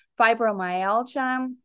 fibromyalgia